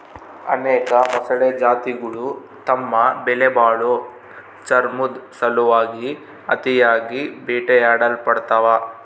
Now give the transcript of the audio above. ಅನೇಕ ಮೊಸಳೆ ಜಾತಿಗುಳು ತಮ್ಮ ಬೆಲೆಬಾಳೋ ಚರ್ಮುದ್ ಸಲುವಾಗಿ ಅತಿಯಾಗಿ ಬೇಟೆಯಾಡಲ್ಪಡ್ತವ